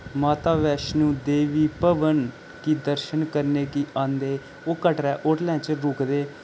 माता वैश्णों देवी भवन गी दर्शन करने गी आंदे ओह् कटरै होटलें च रुकदे